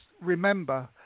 remember